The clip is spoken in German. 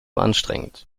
anstrengend